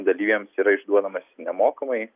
dalyviams yra išduodamas nemokamai